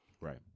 right